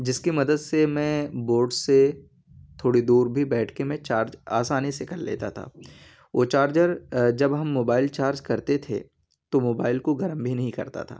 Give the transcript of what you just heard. جس کی مدد سے میں بورڈ سے تھوڑی دور بھی بیٹھ کے میں چارج آسانی سے کر لیتا تھا وہ چارجر جب ہم موبائل چارج کرتے تھے تو موبائل کو گرم بھی نہیں کرتا تھا